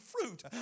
fruit